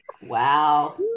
Wow